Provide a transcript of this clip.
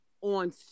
on